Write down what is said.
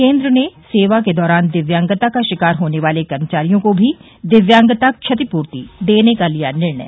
केंद्र ने सेवा के दौरान दिव्यांगता का शिकार होने वाले कर्मचारियों को भी दिव्यांगता क्षतिपूर्ति देने का लिया निर्णय